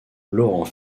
laurent